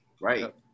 Right